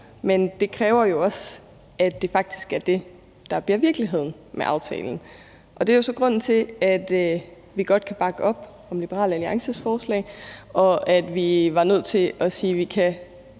men det kræver jo faktisk også, at det er det, der bliver virkeligheden med aftalen, og det er jo så også grunden til, at vi godt kan bakke op om Liberal Alliances forslag, og at vi var nødt til at sige, at vi